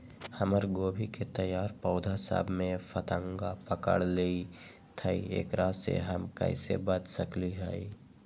हमर गोभी के तैयार पौधा सब में फतंगा पकड़ लेई थई एकरा से हम कईसे बच सकली है?